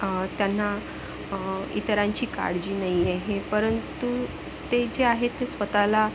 त्यांना इतरांची काळजी नाही आहे परंतु ते जे आहे ते स्वत ला